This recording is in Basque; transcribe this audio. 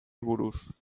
buruz